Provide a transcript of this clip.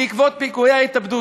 בעקבות פיגועי ההתאבדות.